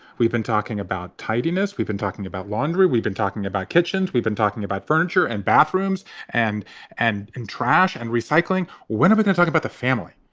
we've been talking about tidiness. we've been talking about laundry. we've been talking about kitchens. we've been talking about furniture and bathrooms and and and trash and recycling whenever there's talk about the family